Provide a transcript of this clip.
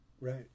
right